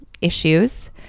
issues